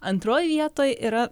antroj vietoj yra